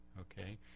okay